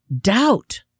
doubt